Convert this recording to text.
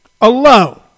Alone